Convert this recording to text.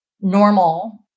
normal